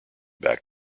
back